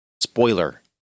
Spoiler